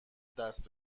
دست